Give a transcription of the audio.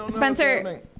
Spencer